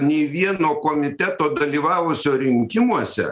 nei vieno komiteto dalyvavusio rinkimuose